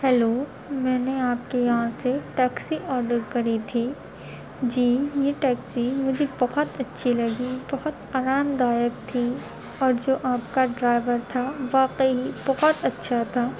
hello میں نے آپ کے یہاں سے ٹیکسی آڈر کری تھی جی یہ ٹیکسی مجھے بہت اچھی لگی بہت آرام دایک تھی اور جو آپ کا ڈرائیور تھا واقعی بہت اچھا تھا